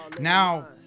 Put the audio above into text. Now